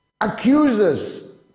accuses